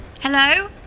Hello